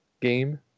game